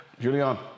Julian